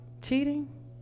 cheating